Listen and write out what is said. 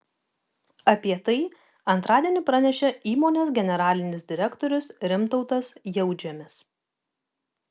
apie tai antradienį pranešė įmonės generalinis direktorius rimtautas jautžemis